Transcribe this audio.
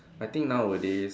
I think nowadays